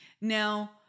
Now